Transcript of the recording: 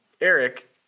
Eric